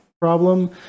problem